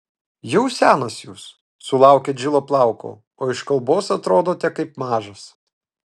jau senas jūs sulaukėt žilo plauko o iš kalbos atrodote kaip mažas